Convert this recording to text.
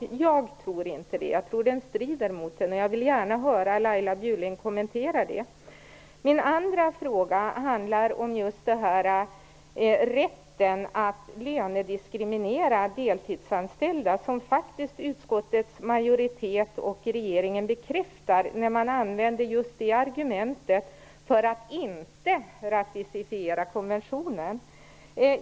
Jag tror inte det, utan jag tror att den strider mot konventionen. Jag vill gärna höra Laila Bjurling kommentera det. Min andra fråga handlar just om rätten att lönediskriminera deltidsanställda, som utskottet och regeringen bekräftar när man använder just det argumentet för att inte ratificera konventionen.